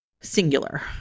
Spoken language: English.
singular